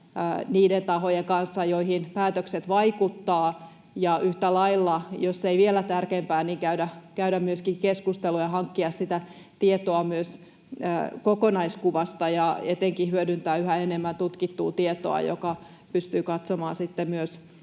niiden tahojen kanssa, joihin päätökset vaikuttavat, ja yhtä lailla, jos ei vielä tärkeämpää, on käydä keskustelua ja hankkia sitä tietoa myös kokonaiskuvasta ja etenkin hyödyntää yhä enemmän tutkittua tietoa, joka pystyy katsomaan